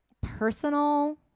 personal